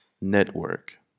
network